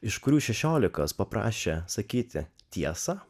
iš kurių šešiolikos paprašė sakyti tiesą